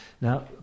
Now